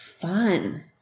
fun